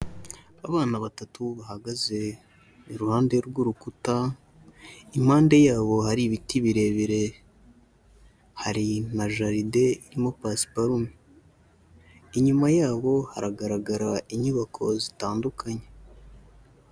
Abana batatu bahagaze iruhande rw'urukuta, impande yabo hari ibiti birebire, hari na jaride irimo pasiparume, inyuma yabo haragaragara inyubako zitandukanye.